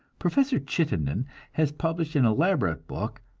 professor chittenden has published an elaborate book,